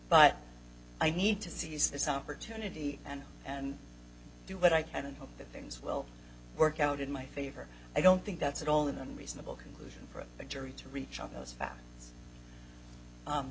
but i need to seize this opportunity and and do what i can and hope that things will work out in my favor i don't think that's at all an unreasonable conclusion for a jury to reach on those fa